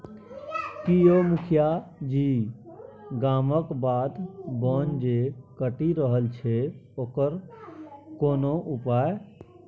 की यौ मुखिया जी गामक बाध बोन जे कटि रहल छै ओकर कोनो उपाय